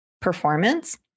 performance